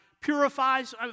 purifies